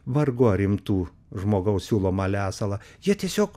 vargu ar rimtų žmogaus siūlomą lesalą jie tiesiog